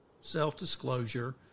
self-disclosure